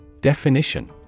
Definition